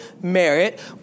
merit